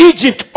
Egypt